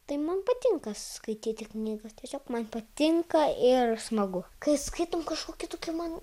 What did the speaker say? tai man patinka skaityti knygas tiesiog man patinka ir smagu kai skaitom kažkokį tokį man